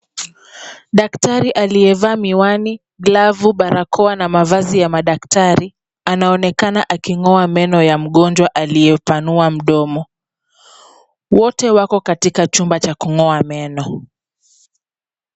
Daktari aliyevaa miwani, glavu, barakoa na mavazi ya madaktari anaoenakana aking'oa meno ya mgonjwa aliyepanua mdomo . Wote wako katika chumba cha kung'oa meno.